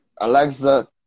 Alexa